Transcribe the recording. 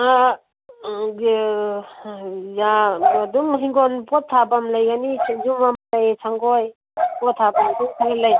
ꯑꯗꯨꯝ ꯍꯤꯡꯒꯣꯜ ꯄꯣꯠ ꯊꯥꯕꯝ ꯂꯩꯒꯅꯤ ꯁꯦꯟꯖꯨꯕꯝ ꯂꯩ ꯁꯪꯒꯣꯏ ꯄꯣꯠ ꯊꯥꯕ ꯂꯩ